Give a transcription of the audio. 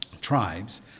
tribes